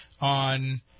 on